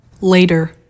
later